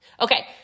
Okay